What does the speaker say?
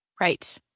Right